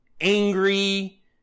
angry